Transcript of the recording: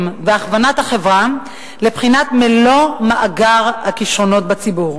והכוונת החברה לבחינת מלוא מאגר הכשרונות בציבור.